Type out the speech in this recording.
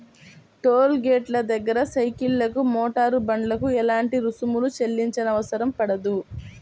toll గేటుల దగ్గర సైకిళ్లకు, మోటారు బండ్లకు ఎలాంటి రుసుమును చెల్లించనవసరం పడదు